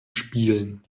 spielen